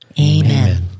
Amen